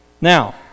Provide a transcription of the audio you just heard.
Now